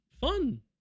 fun